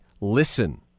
listen